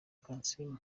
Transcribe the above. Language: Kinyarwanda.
kansiime